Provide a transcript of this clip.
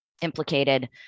implicated